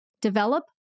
develop